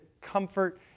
comfort